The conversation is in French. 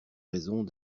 raisons